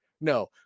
No